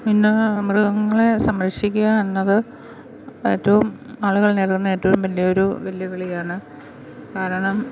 ഇന്ന് മൃഗങ്ങളെ സംരക്ഷിക്കുക എന്നത് ഏറ്റവും ആളുകൾ നേരിടുന്ന ഏറ്റവും വലിയൊരു വെല്ലുവിളിയാണ് കാരണം